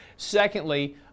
Secondly